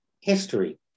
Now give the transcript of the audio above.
history